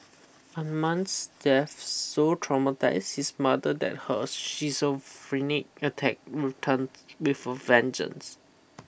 Amman's death so traumatised his mother that her schizophrenic attack returned with a vengeance